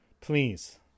Please